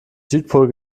südpol